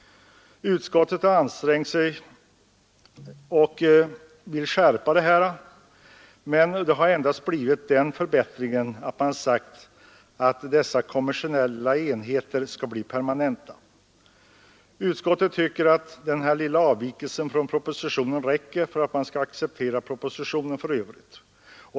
Utskottet har ansträngt sig och vill skärpa detta men det har endast blivit den förbättringen att man sagt att dessa kommersiella distriktsenheter skall bli permanenta. Utskottet tycker att den här lilla avvikelsen från propositionen räcker för att man skall acceptera den i övrigt.